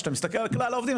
כשאתה מסתכל על כלל העובדים,